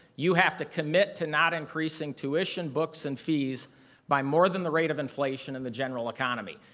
you have to commit to not increasing tuition, books and fees by more than the rate of inflation in the general economy.